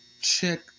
Check